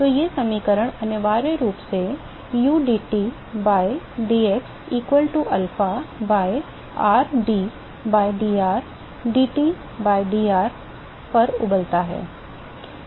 तो ये समीकरण अनिवार्य रूप से udT by dx equal to alpha by r d by dr dT by dr तक उबलता है